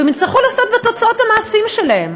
והם יצטרכו לשאת בתוצאות המעשים שלהם.